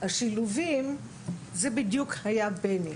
השילובים זה בדיוק היה בני.